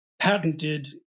patented